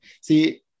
See